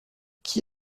qui